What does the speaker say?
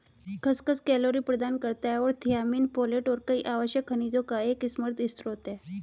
खसखस कैलोरी प्रदान करता है और थियामिन, फोलेट और कई आवश्यक खनिजों का एक समृद्ध स्रोत है